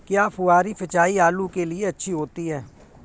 क्या फुहारी सिंचाई आलू के लिए अच्छी होती है?